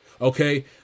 Okay